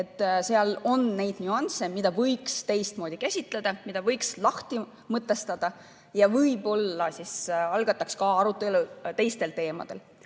seal on nüansse, mida võiks teistmoodi käsitleda, mida võiks lahti mõtestada ja võib-olla algatada arutelu ka teistel teemadel.